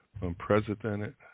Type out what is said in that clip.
unprecedented